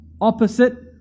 opposite